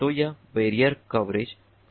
तो यह barrier coverage समस्या है